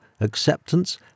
acceptance